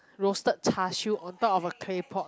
roasted char-siew on top of a claypot